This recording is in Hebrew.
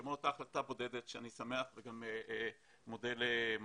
כמו אותה החלטה בודדת שאני שמח וגם מודה למייקל